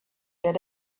that